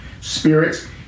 spirits